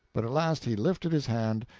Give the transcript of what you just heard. but at last he lifted his hand,